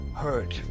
hurt